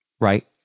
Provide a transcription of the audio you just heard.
Right